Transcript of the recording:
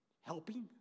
helping